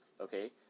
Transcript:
Okay